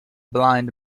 blind